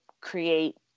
create